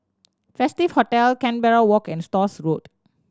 Festive Hotel Canberra Walk and Stores Road